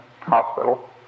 hospital